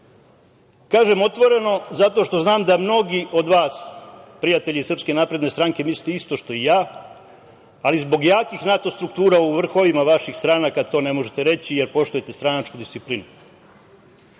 Kažem, otvoreno zato što znam da mnogi od vas, prijatelji SNS mislite isto što i ja, ali zbog jakih NATO struktura u vrhovima vaših stranaka, to ne možete reći, jer poštujete stranačku disciplinu.